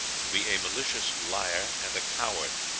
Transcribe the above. to be a malicious liar and a coward.